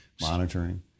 monitoring